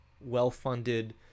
well-funded